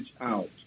out